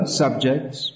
subjects